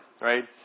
right